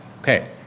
Okay